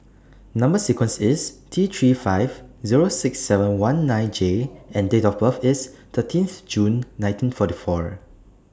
Number sequence IS T three five Zero six seven one nine J and Date of birth IS thirteenth June nineteen forty four